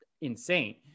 insane